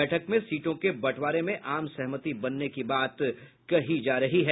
बैठक में सीटों के बंटवारे में आम सहमति बनने की बात कही जा रही है